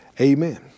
Amen